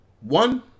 one